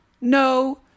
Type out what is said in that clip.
no